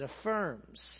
affirms